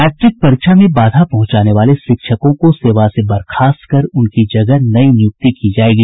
matric परीक्षा में बाधा पहुंचाने वाले शिक्षकों को सेवा से बर्खास्त कर उनकी जगह नयी नियुक्ति की जायेगी